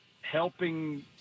helping